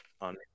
on